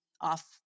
off